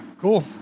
Cool